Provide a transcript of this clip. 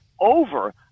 over